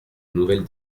nouvelle